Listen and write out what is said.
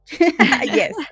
yes